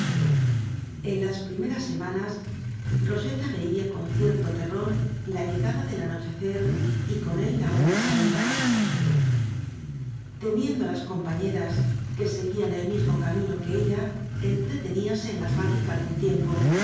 en las primeras semanas roseta veía con cierto terror la llegada del anochecer y con él la hora de salida temiendo á las compañeras que seguían el mismo camino que ella entreteníase en la fábrica algún tiempo